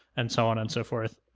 and so on and so forth,